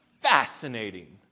fascinating